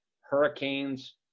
hurricanes